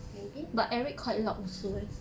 maybe